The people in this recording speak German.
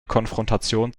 konfrontation